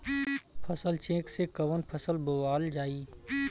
फसल चेकं से कवन फसल बोवल जाई?